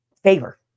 Favor